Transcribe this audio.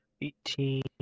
eighteen